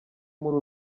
muri